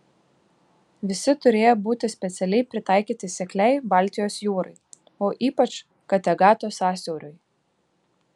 visi turėjo būti specialiai pritaikyti sekliai baltijos jūrai o ypač kategato sąsiauriui